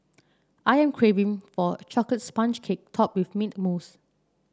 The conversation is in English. I am craving for a chocolate sponge cake topped with mint mousse